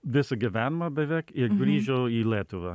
visą gyvenimą beveik ir grįžo į lietuvą